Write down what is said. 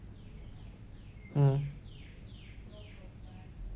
mm